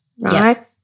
right